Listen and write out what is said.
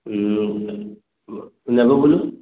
navy blue